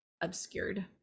obscured